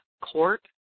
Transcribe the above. court